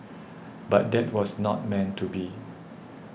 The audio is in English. but that was not meant to be